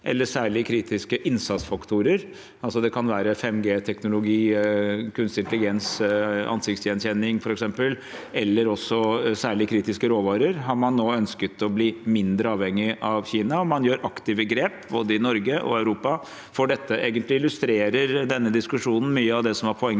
eller med særlig kritiske innsatsfaktorer – det kan være 5G-teknologi, kunstig intelligens, f.eks. ansiktsgjenkjenning, eller også særlig kritiske råvarer – har man nå ønsket å bli mindre avhengig av Kina, og man gjør aktive grep, både i Norge og Europa, for dette. Egentlig illustrerer denne diskusjonen mye av det som var poenget